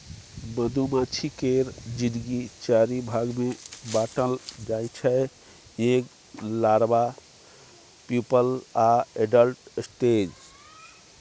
मधुमाछी केर जिनगी चारि भाग मे बाँटल जाइ छै एग, लारबा, प्युपल आ एडल्ट स्टेज